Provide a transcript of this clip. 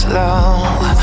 love